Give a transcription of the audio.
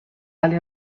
alle